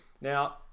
Now